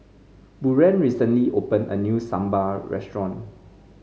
Buren recently opened a new Sambar Restaurant